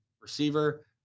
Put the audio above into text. receiver